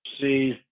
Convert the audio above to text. See